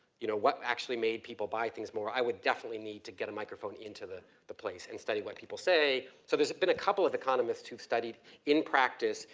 you know, what actually made people buy things more. i would definitely need to get a microphone into the, the place. and study what people say. so there's been a couple of economists who've studied in practice,